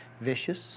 vicious